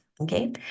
okay